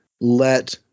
let